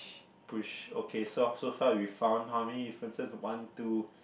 push okay so so far we found how many differences one two